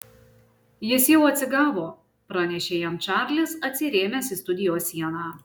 jis jau atsigavo pranešė jam čarlis atsirėmęs į studijos sieną